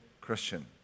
Christian